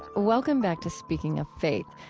welcome back to speaking of faith,